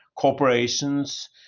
Corporations